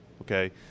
okay